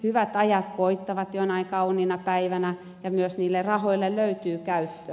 hyvät ajat koittavat jonain kauniina päivänä ja myös niille rahoille löytyy käyttöä